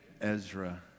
Ezra